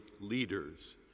leaders